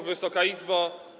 Wysoka Izbo!